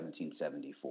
1774